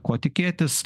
ko tikėtis